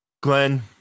glenn